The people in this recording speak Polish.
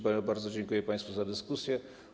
Bardzo dziękuję państwu za dyskusję.